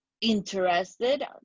interested